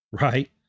right